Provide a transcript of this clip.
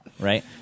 Right